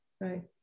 Right